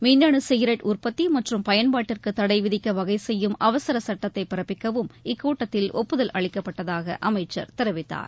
மின்னு சிகரெட் உற்பத்தி மற்றும் பயன்பாட்டிற்கு தடை விதிக்க வகை செய்யும் அவசர சட்டத்தை பிறப்பிக்கவும் இக்கூட்டத்தில் ஒப்புதல் அளிக்கப்பட்டதாக அமைச்சர் தெரிவித்தார்